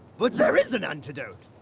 but there is an antidote.